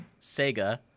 Sega